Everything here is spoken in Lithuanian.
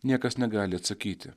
niekas negali atsakyti